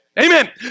Amen